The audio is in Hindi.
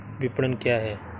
विपणन क्या है?